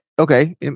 Okay